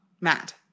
Matt